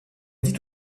dites